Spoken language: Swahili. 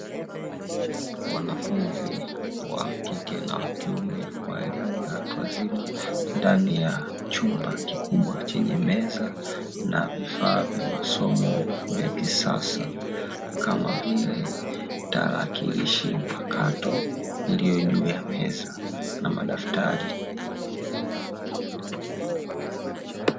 Wanafunzi wa kike na kiume wa elimu ya watu wazima ndani ya chumba kikubwa chenye meza na vifaa vya masomo vya kisasa kama vile tarakilishi mpakato iliyo juu ya meza na madaftari.